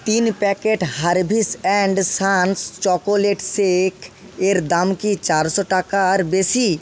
তিন packet Harvis and Sons chocolate shake এর দাম কি চারশো টাকার বেশি